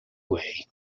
way